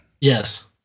Yes